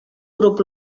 grup